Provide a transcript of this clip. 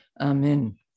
Amen